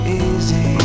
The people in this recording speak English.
easy